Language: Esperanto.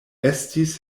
estis